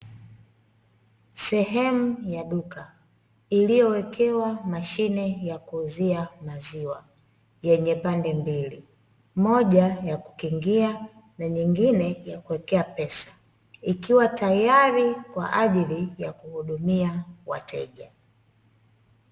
Sehemu ya duka iliyowekewa mashine ya kuuzia maziwa, yenye pande mbili; moja ya kukingia na nyingine ya kuwekea pesa, ikiwa tayari kwa ajili ya kuhudumia wateja.